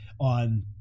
on